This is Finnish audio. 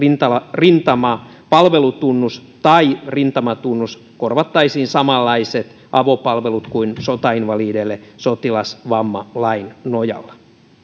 rintamapalvelutunnus tai rintamatunnus korvattaisiin samanlaiset avopalvelut kuin sotainvalideille sotilasvammalain nojalla